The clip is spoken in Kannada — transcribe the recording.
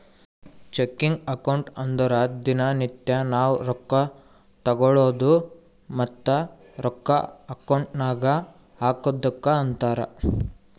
ಚೆಕಿಂಗ್ ಅಕೌಂಟ್ ಅಂದುರ್ ದಿನಾ ನಿತ್ಯಾ ನಾವ್ ರೊಕ್ಕಾ ತಗೊಳದು ಮತ್ತ ರೊಕ್ಕಾ ಅಕೌಂಟ್ ನಾಗ್ ಹಾಕದುಕ್ಕ ಅಂತಾರ್